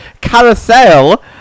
Carousel